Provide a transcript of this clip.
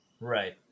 Right